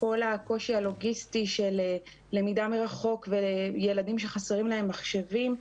כל הקושי הלוגיסטי של למידה מרחוק וילדים שחסרים להם מחשבים.